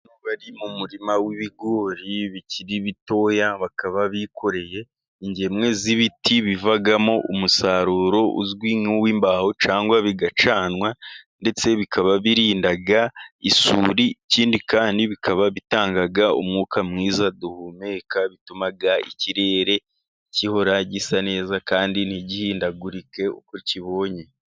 Bari mu murima w'ibigori bikiri bitoya, bakaba bikoreye ingemwe z'ibiti bivamo umusaruro uzwi nk'uw'imbaho cyangwa bigacanwa, ndetse bikaba birinda isuri, ikindi kandi bikaba bitanga umwuka mwiza duhumeka, bituma ikirere gihora gisa neza kandi ntigihindagurike uko kibonye.